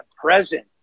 present